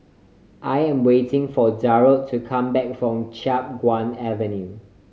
I am waiting for Darold to come back from Chiap Guan Avenue